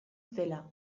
zela